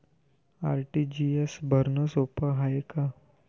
RTGS भरनं सोप हाय का?